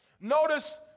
Notice